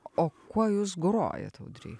o kuo jūs grojat audry